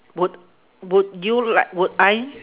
would would you like would I